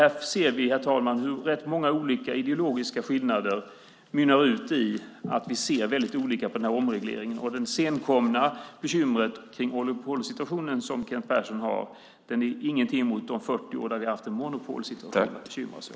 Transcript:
Här ser vi hur rätt många olika ideologiska skillnader mynnar ut i att vi ser väldigt olika på omregleringen. Det senkomna bekymret om oligopolsituationen vi har är ingenting mot de 40 år när vi haft en monopolsituation att bekymra oss om.